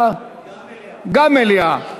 גם מליאה.